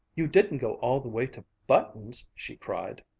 you didn't go all the way to button's! she cried.